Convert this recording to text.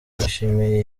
yishimiye